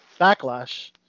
Backlash